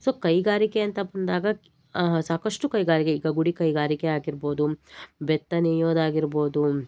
so ಕೈಗಾರಿಕೆ ಅಂತ ಬಂದಾಗ ಸಾಕಷ್ಟು ಕೈಗಾರಿಕೆ ಈಗ ಗುಡಿ ಕೈಗಾರಿಕೆ ಆಗಿರ್ಬೋದು ಬೆತ್ತ ನೆಯ್ಯೋದು ಆಗಿರ್ಬೋದು